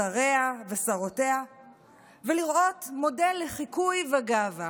שריה ושרותיה ולראות מודל לחיקוי בגאווה.